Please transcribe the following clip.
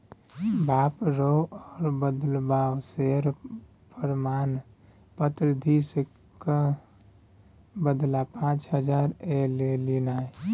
बाप रौ ओ दललबा शेयर प्रमाण पत्र दिअ क बदला पाच हजार लए लेलनि